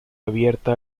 abierta